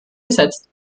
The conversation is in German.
gesetzt